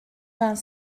vingt